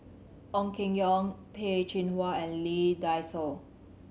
Ong Keng Yong Peh Chin Hua and Lee Dai Soh